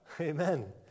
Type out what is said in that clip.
Amen